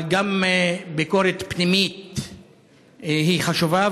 אבל גם ביקורת פנימית היא חשובה,